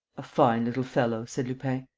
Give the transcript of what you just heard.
a fine little fellow, said lupin.